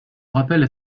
rappelle